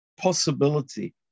possibility